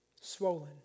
swollen